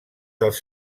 dels